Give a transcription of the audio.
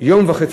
1.5 יום לחודש,